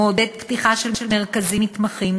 מעודד פתיחה של מרכזים מתמחים,